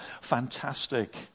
fantastic